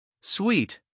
sweet